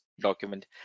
document